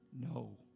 No